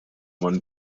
won